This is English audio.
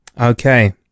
Okay